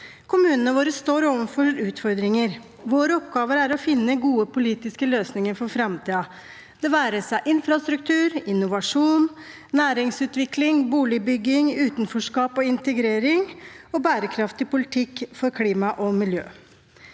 Kommunene våre står overfor utfordringer. Våre oppgaver er å finne gode politiske løsninger for framtiden, det være seg infrastruktur, innovasjon, næringsutvikling, boligbygging, utenforskap, integrering eller bærekraftig politikk for klima og miljø.